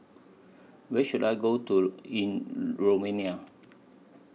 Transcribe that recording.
Where should I Go to in Romania